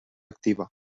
activa